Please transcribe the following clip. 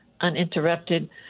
uninterrupted